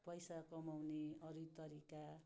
पैसा कमाउने अरू तरिका